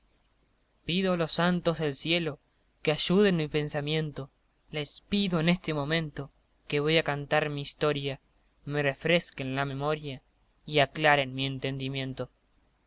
pido a los santos del cielo que ayuden mi pensamiento les pido en este momento que voy a cantar mi historia me refresquen la memoria y aclaren mi entendimiento